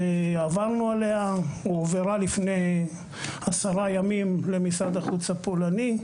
עברנו עליה והיא הועברה לפני 10 ימים למשרד החוץ הפולני.